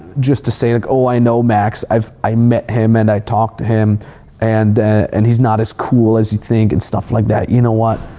just to say like, oh, i know max, i met him and i talked to him and and he's not as cool as you think and stuff like that. you know what?